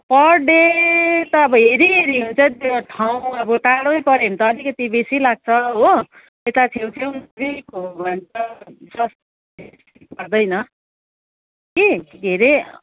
पर day त अब हेरीहेरी हुन्छ ठाउँ अब टाढो पऱ्यो भने त अलिकति बेसी लाग्छ हो यता छेउछेउ नजिक हो भने त सस्तो पर्छ बेसी पर्दैन कि के अरे